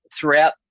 throughout